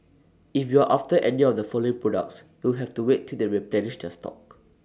if you're after any of the following products you'll have to wait till they replenish their stock